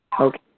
Okay